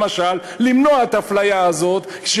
למשל למנוע את האפליה הזאת,